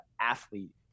athlete